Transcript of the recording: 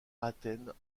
athènes